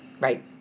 right